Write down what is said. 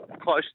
close